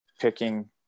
picking